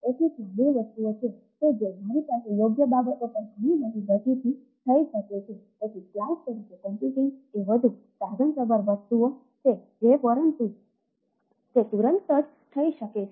તેથી ત્યાં બે વસ્તુઓ છે કે જે મારી પાસે યોગ્ય બાબતો પર ઘણી બધી ગતિથી થઈ શકે છે